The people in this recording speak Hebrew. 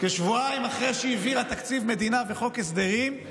כשבועיים אחרי שהיא העבירה תקציב מדינה וחוק הסדרים,